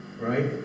right